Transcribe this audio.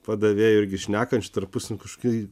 padavėjų irgi šnekančių tarpusavyje kažkaip